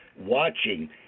watching